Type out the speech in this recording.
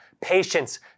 Patience